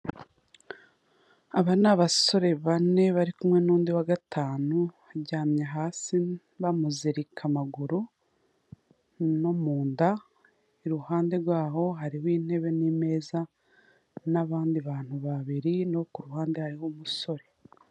Aba ni abasore bane bari kumwe n'undi wa gatanu, aryamye hasi bamuzirika amaguru no mu nda, iruhande rwaho hariho intebe n'imeza n'abandi bantu babiri, no ku ruhande hariho umusore.